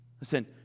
Listen